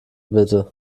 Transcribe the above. bitte